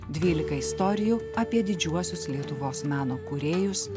dvylika istorijų apie didžiuosius lietuvos meno kūrėjus